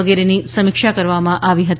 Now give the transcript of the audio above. વગેરેની સમીક્ષા કરવામાં આવી હતી